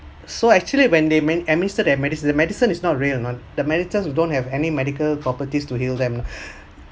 so actually when they min~ administered and medicine medicine is not real you know the medicine don't have any medical properties to heal them